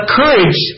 courage